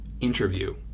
interview